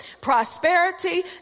prosperity